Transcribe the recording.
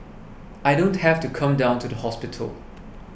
I don't have to come down to the hospital